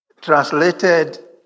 Translated